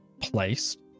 placed